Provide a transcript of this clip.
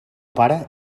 pare